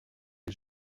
les